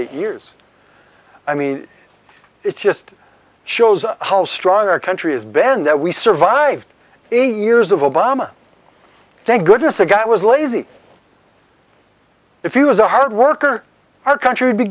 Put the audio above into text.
eight years i mean it just shows how strong our country is ben that we survived eight years of obama thank goodness a guy was lazy if you was a hard worker our country would be